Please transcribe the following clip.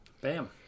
Bam